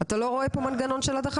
אתה לא רואה פה מנגנות של הדחה?